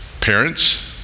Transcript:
parents